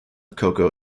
coco